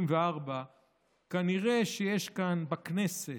כנראה שיש כאן בכנסת,